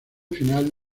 final